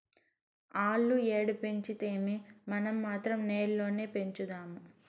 ఆల్లు ఏడ పెంచితేమీ, మనం మాత్రం నేల్లోనే పెంచుదాము